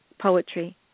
poetry